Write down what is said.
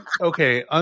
Okay